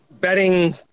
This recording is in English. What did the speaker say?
betting